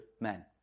men